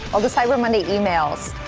well the cyber monday emails.